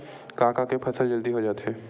का का के फसल जल्दी हो जाथे?